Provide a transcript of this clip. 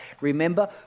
remember